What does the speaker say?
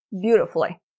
beautifully